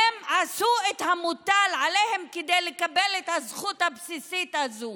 הם עשו את המוטל עליהם כדי לקבל את הזכות הבסיסית הזאת